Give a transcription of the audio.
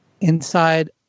inside